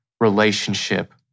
relationship